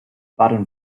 baden